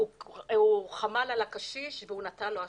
הוא חמל על הקשיש ונתן לו אשרה.